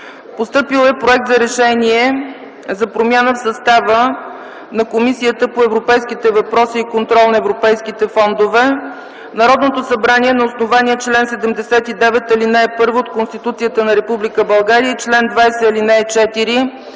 Постъпил е Проект за решение за промяна в състава на Комисията по европейските въпроси и контрол на европейските фондове: „Народното събрание на основание чл. 79, ал. 1 от Конституцията на Република България и